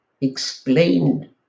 explained